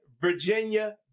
Virginia